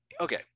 okay